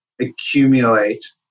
accumulate